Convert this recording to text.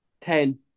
Ten